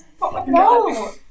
No